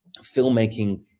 filmmaking